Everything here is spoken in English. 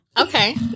Okay